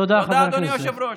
תודה, אדוני היושב-ראש.